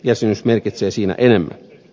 jäsenyys merkitsee siinä enemmän